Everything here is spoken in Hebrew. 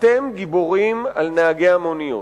"אתם גיבורים על נהגי המוניות.